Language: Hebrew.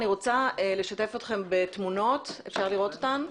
אני רוצה לשתף אתכם בתמונות אפשר לראות אותן?